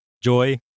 Joy